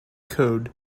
code